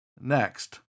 Next